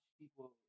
people